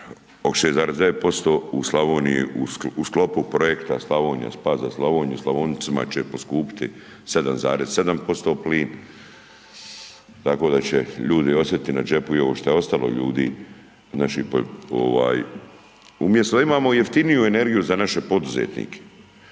6,9%, u Slavoniji u sklopu projekta Spas za Slavoniju, Slavoncima će poskupjeti 7,7% plin tako da će ljudi osjetiti na džepu i ovo što je ostalo ljudi, umjesto da imamo jeftiniju energiju za naše poduzetnike,